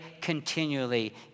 continually